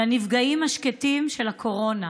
לנפגעים השקטים של הקורונה,